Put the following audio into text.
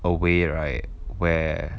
a way right where